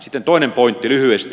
sitten toinen pointti lyhyesti